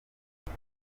ibi